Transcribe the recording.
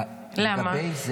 למה?